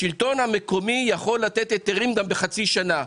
השלטון המקומי יכול לתת היתרים גם בחצי שנה,